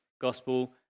gospel